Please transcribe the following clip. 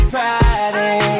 Friday